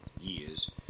years